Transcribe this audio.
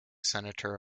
senator